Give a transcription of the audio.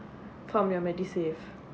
from your MediSave